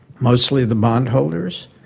mostly the bondholders.